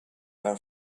her